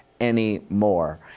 anymore